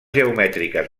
geomètriques